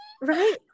Right